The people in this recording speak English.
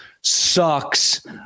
Sucks